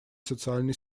социальной